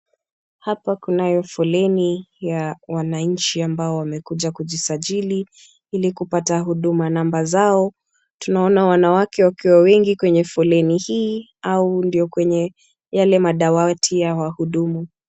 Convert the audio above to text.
Hapa kunayo foleni ya wananchi ambao wamekuja kujisajili ili kupata Huduma Namba zao. Tunaona wanawake wakiwa wengi kwenye foleni hii au ndio kwenye yale madawati ya wahudumu.